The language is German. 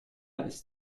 ist